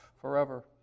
forever